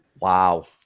Wow